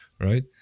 Right